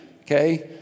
Okay